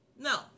No